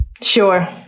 Sure